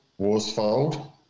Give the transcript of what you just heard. Warsfold